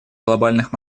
глобальных